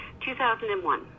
2001